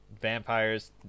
vampires